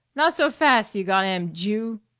not so fas', you goddam jew.